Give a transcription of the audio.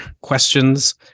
questions